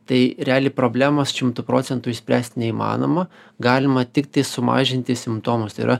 tai realiai problemos šimtu procentų išspręst neįmanoma galima tiktai sumažinti simptomus tai yra